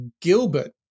Gilbert